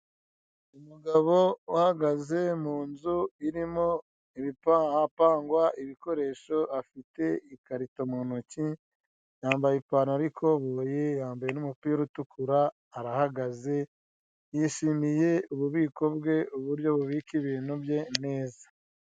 Umugabo uhagaze mu nzu irimo ahapangwa ibikoresho afite ikarito mu ntoki, yambaye ipantaro y'ikoboyi, yambaye n'umupira utukura arahagaze, yishimiye ububiko bwe uburyo bubika ibintu bye neza.